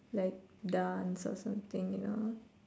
like dance or something you know